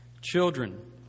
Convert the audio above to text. Children